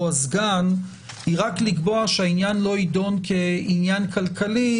הסגן היא רק לקבוע שהעניין לא יידון כעניין כלכלי,